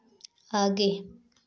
आगे